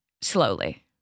slowly